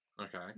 Okay